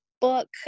book